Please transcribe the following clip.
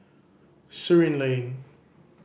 Surin Lane